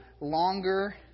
longer